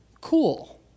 cool